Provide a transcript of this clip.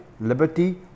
liberty